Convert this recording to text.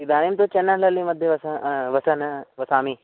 इदानीं तु चेन्नेलल्लीमध्ये वस वसन् वसामि